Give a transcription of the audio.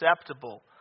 acceptable